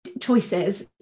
choices